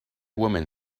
woman